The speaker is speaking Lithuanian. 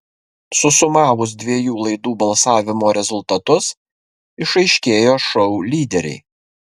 susumavus dviejų laidų balsavimo rezultatus išaiškėjo šou lyderiai